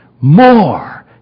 more